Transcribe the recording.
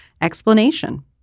explanation